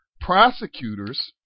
prosecutors